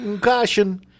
Caution